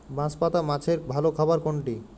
বাঁশপাতা মাছের ভালো খাবার কোনটি?